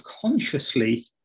consciously